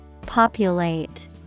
Populate